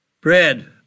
bread